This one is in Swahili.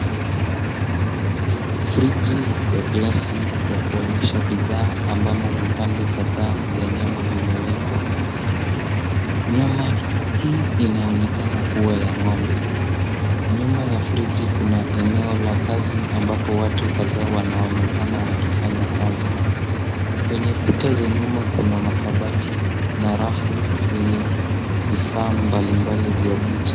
Friji ya glasi ya kuonyesha bidhaa ambamo vipande kadhaa vya nyama vimewekwa. Nyama hii inaonekana kuwa ya ng'ombe. Nyuma ya friji kuna eneo la kazi ambapo watu kadhaa wanaonekana wakifanya kazi. Kwenye kuta za nyuma kuna makabati na rafu zenye vifaa mbalimbali vya butcher .